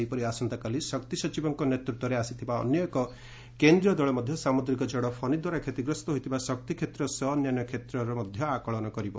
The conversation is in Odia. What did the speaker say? ସେହିପରି ଆସନ୍ତାକାଲି ଶକ୍ତି ସଚିବଙ୍କ ନେତୃତ୍ୱରେ ଆସିଥିବା ଅନ୍ୟ ଏକ କେନ୍ଦ୍ରୀୟ ଦଳ ମଧ୍ୟ ସାମୁଦ୍ରିକ ଝଡ଼ ଫନୀ ଦ୍ୱାରା କ୍ଷତିଗ୍ରସ୍ତ ହୋଇଥିବା ଶକ୍ତିକ୍ଷେତ୍ର ସହ ଅନ୍ୟାନ୍ୟ କ୍ଷେତ୍ରର ମଧ୍ୟ ଆକଳ୍କ କରିବ